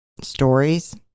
stories